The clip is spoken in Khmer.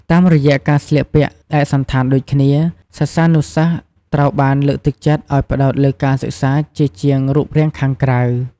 តាមរយៈការស្លៀកពាក់ឯកសណ្ឋានដូចគ្នា សិស្សានុសិស្សត្រូវបានលើកទឹកចិត្តឱ្យផ្តោតលើការសិក្សាជាជាងរូបរាងខាងក្រៅ។